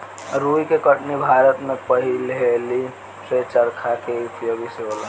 रुई के कटनी भारत में पहिलेही से चरखा के उपयोग से होला